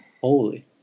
Holy